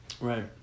right